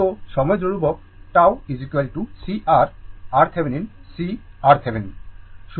তো সময় ধ্রুবক tau C R RThevenin C RThevenin